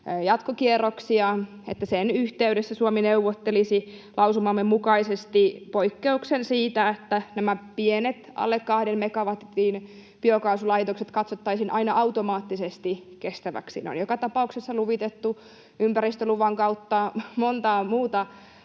jatkokierroksia, että sen yhteydessä Suomi neuvottelisi lausumamme mukaisesti poikkeuksen siitä, että nämä pienet, alle kahden megawatin biokaasulaitokset katsottaisiin aina automaattisesti kestäviksi. Ne on joka tapauksessa luvitettu ympäristöluvan kautta, montaa muuta